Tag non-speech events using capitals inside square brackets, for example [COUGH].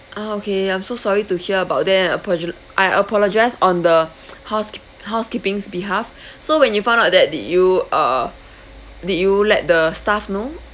ah okay I'm so sorry to hear about that apolog~ I apologise on the [NOISE] housekee~ housekeeping's behalf so when you found out that did you uh did you let the staff know